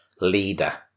leader